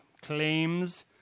Claims